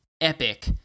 epic